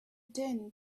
din